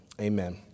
Amen